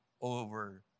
over